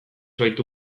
baitu